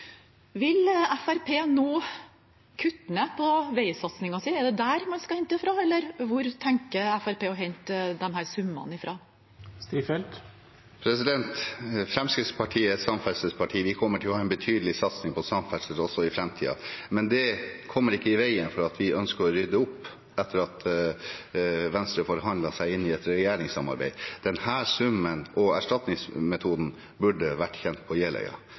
Vil Fremskrittspartiet nå kutte ned på veisatsingen sin? Er det der man skal hente dem fra, eller hvor tenker Fremskrittspartiet å hente disse summene fra? Fremskrittspartiet er et samferdselsparti. Vi kommer til å ha en betydelig satsing på samferdsel også i framtiden. Men det kommer ikke i veien for at vi ønsker å rydde opp etter at Venstre forhandlet seg inn i et regjeringssamarbeid. Denne summen og erstatningsmetoden burde vært kjent på